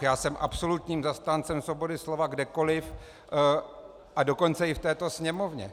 Já jsem absolutním zastáncem svobody slova kdekoliv, a dokonce i v této Sněmovně.